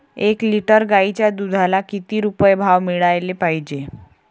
एक लिटर गाईच्या दुधाला किती रुपये भाव मिळायले पाहिजे?